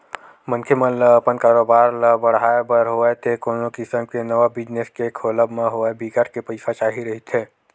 मनखे मन ल अपन कारोबार ल बड़हाय बर होवय ते कोनो किसम के नवा बिजनेस के खोलब म होवय बिकट के पइसा चाही रहिथे